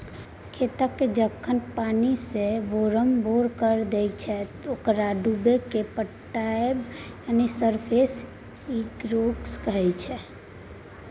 खेतकेँ जखन पानिसँ बोरमबोर कए दैत छै ओकरा डुबाएकेँ पटाएब यानी सरफेस इरिगेशन कहय छै